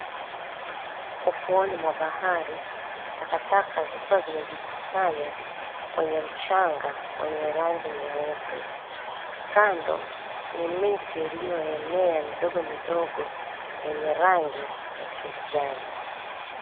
Ufuoni mwa bahari takataka zikiwa zimejikusanya kwenye mchanga wenye rangi nyeupe, kando ni miti iliyoenea midogo midogo yenye rangi ya kijani.